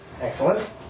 Excellent